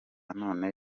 none